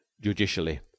judicially